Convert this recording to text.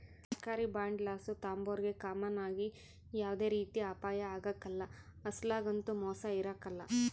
ಸರ್ಕಾರಿ ಬಾಂಡುಲಾಸು ತಾಂಬೋರಿಗೆ ಕಾಮನ್ ಆಗಿ ಯಾವ್ದೇ ರೀತಿ ಅಪಾಯ ಆಗ್ಕಲ್ಲ, ಅಸಲೊಗಂತೂ ಮೋಸ ಇರಕಲ್ಲ